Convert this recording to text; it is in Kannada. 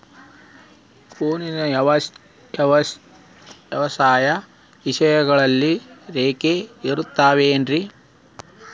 ಫೋನಲ್ಲಿ ವ್ಯವಸಾಯದ ವಿಷಯಗಳು ಖರೇ ಇರತಾವ್ ರೇ?